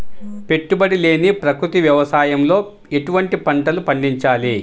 పెట్టుబడి లేని ప్రకృతి వ్యవసాయంలో ఎటువంటి పంటలు పండించాలి?